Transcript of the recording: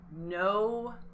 no